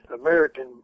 American